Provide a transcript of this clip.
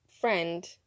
friend